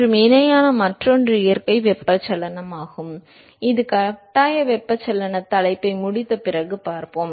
மற்றும் இணையான மற்றொன்று இயற்கை வெப்பச்சலனம் ஆகும் இது கட்டாய வெப்பச்சலன தலைப்பை முடித்த பிறகு பார்ப்போம்